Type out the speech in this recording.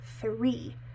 three